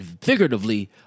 figuratively